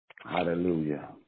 Hallelujah